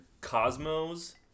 Cosmo's